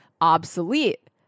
obsolete